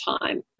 time